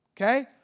okay